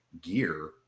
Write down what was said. gear